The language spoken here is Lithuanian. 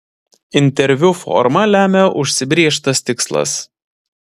interviu formą lemia užsibrėžtas tikslas